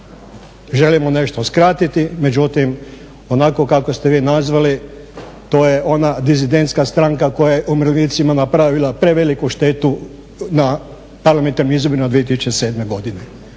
Želimo nešto skratiti, međutim onako kako ste vi nazvali to je ona dizidentska stranka koja je umirovljenicima napravila preveliku štetu na parlamentarnim izborima 2007. godine.